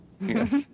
Yes